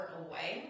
away